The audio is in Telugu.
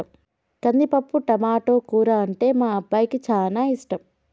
కందిపప్పు టమాటో కూర అంటే మా అబ్బాయికి చానా ఇష్టం